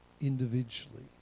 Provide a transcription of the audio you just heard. individually